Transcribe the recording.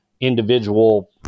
individual